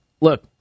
Look